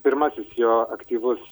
pirmasis jo aktyvus